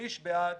שליש בעד,